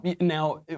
Now